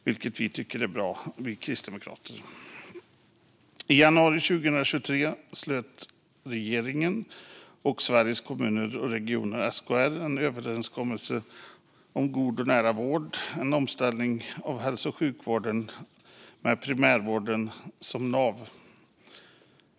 Detta tycker vi kristdemokrater är bra. I januari 2023 slöt regeringen och Sveriges Kommuner och Regioner, SKR, en överenskommelse om en god och nära vård - en omställning av hälso och sjukvården med primärvården som nav.